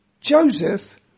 Joseph